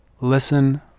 listen